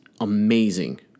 Amazing